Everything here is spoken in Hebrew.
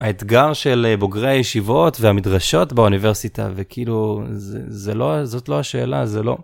האתגר של בוגרי הישיבות והמדרשות באוניברסיטה וכאילו, זה, זה לא... זאת לא השאלה, זה לא...